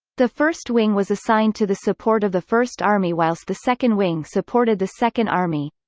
the first wing was assigned to the support of the first army whilst the second wing supported the second army.